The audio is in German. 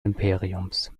imperiums